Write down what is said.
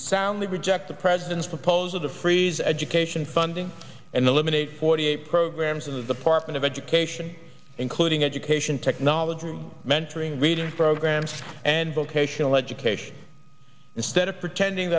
soundly reject the president's proposal to freeze education funding and eliminate forty eight programs in the parchman of education including education technology from mentoring reading programs and vocational education instead of pretending